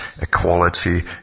equality